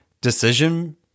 decision